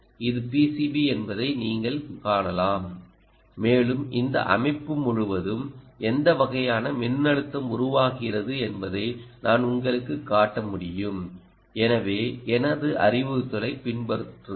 இது பிசிபி என்பதை நீங்கள் காணலாம் மேலும் இந்த அமைப்பு முழுவதும் எந்த வகையான மின்னழுத்தம் உருவாகிறது என்பதை நான் உங்களுக்குக் காட்ட முடியும் எனவே எனது அறிவுறுத்தலைப் பின்பற்றுங்கள்